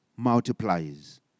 multiplies